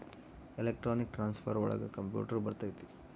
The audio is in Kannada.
ಎಲೆಕ್ಟ್ರಾನಿಕ್ ಟ್ರಾನ್ಸ್ಫರ್ ಒಳಗ ಕಂಪ್ಯೂಟರ್ ಬರತೈತಿ